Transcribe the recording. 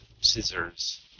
scissors